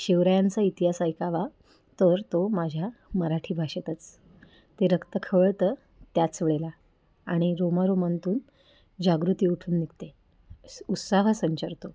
शिवरायांचा इतिहास ऐकावा तर तो माझ्या मराठी भाषेतच ते रक्त खवळतं त्याचवेळेला आणि रोमारोमांतून जागृती उठून निघते उस उत्साह संचारतो